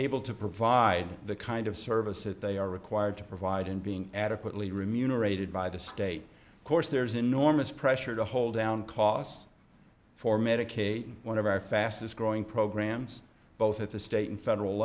able to provide the kind of service that they are required to provide and being adequately remunerated by the state of course there's enormous pressure to hold down costs for medicaid one of our fastest growing programs both at the state and federal